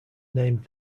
named